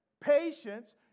patience